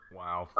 wow